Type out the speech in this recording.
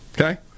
okay